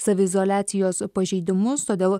saviizoliacijos pažeidimus todėl